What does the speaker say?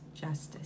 justice